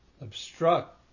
obstruct